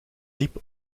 diep